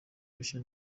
bishya